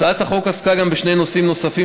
הצעת החוק עסקה בשני נושאים נוספים,